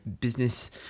business